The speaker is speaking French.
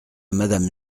madame